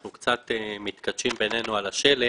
אנחנו קצת מתכתשים בינינו על השלד